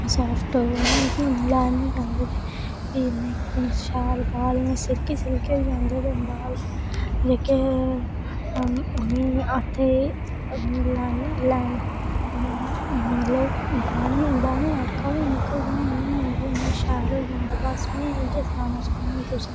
soft मलैम इन्ने शैल बाल सिल्की सिल्की होई जंदे बाल जेह्के हफ्ते दे इन्ने शैल होई जंदे